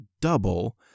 double